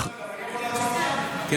כבוד השר, גם אני יכול לעצור אותך?